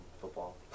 football